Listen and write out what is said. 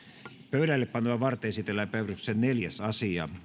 pöydällepanoa varten esitellään päiväjärjestyksen neljäs asia